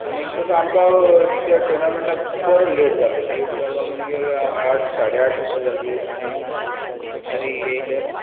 आनीक तसो आमकां त्या टुर्नामेंटाक बरो लेट जाल्लो लेट जाल्लो म्हणग्या गे आठ साडे आठ अशी जाली आनी आमी येयले